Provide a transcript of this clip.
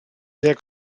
sehr